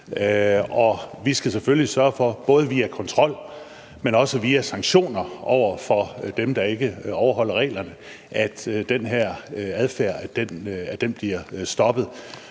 sørge for, både via kontrol, men også via sanktioner over for dem, der ikke overholder reglerne, at den her adfærd bliver stoppet.